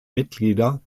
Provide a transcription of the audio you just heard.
mitglieder